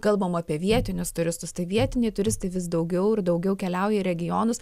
kalbam apie vietinius turistus tai vietiniai turistai vis daugiau ir daugiau keliauja į regionus